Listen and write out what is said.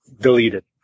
deleted